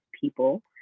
people